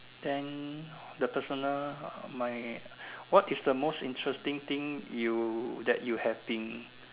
then the personal uh my what is the most interesting thing you that you have been